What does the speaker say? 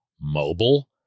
mobile